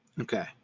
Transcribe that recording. okay